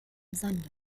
sande